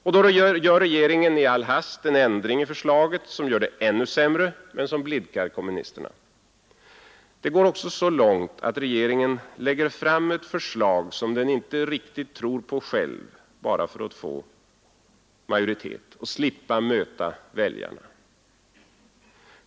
Då gör regeringen i all hast en ändring i förslaget som gör det ännu sämre, men som blidkar kommunisterna. Det går också så långt att regeringen lägger fram ett förslag som den inte riktigt tror på själv bara för att få majoritet och slippa möta väljarna.